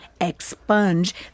expunge